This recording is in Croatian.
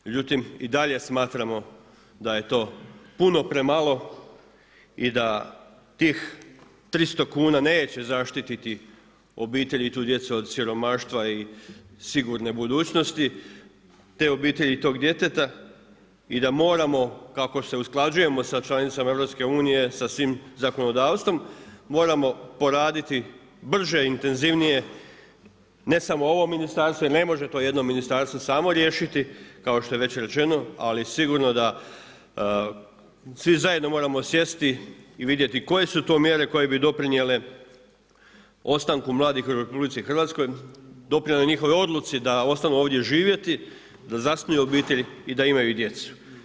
Međutim i dalje smatramo da je to puno premalo i da tih 300 kuna neće zaštititi obitelji i djecu od siromaštava i sigurne budućnosti te obitelji i tog djeteta i da moramo kako se usklađujemo sa članicama EU, sa svim zakonodavstvom moramo poraditi brže i intenzivnije ne samo ovo ministarstvo jer ne može to jedno ministarstvo samo riješiti kao što je već rečeno, ali sigurno da svi zajedno moramo sjesti i vidjeti koje su to mjere koje bi doprinijele ostanku mladih u RH, doprinijele njihovoj odluci da ostanu ovdje živjeti, da zasnuju obitelj i da imaju djecu.